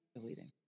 deleting